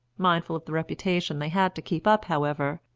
mindful of the reputation they had to keep up, however,